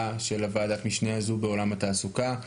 של ועדת המשנה הזו בעולם התעסוקה,